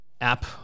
app